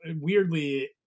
weirdly